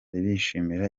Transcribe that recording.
bishimira